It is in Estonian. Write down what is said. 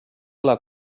ole